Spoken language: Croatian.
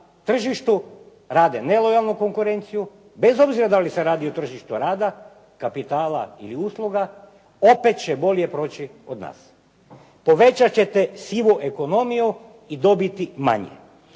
tržištu rade nelojalnu konkurenciju bez obzira da li se radi o tržištu rada, kapitala ili usluga opet će bolje proći od nas. Povećat ćete sivu ekonomiju i dobiti manje.